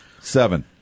Seven